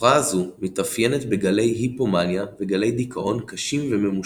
הפרעה זו מתאפיינת בגלי היפומאניה וגלי דיכאון קשים וממושכים.